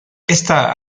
esta